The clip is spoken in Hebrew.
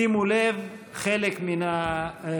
שימו לב, חלק מן ההחלטות